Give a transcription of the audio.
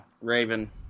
Raven